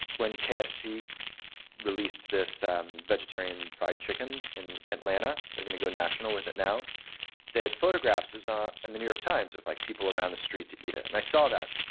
when kfc released this vegetarian fried chicken in atlanta they're going to go national with it now they had photographs in ah and the new york times of like people around the street to eat it. and i saw that,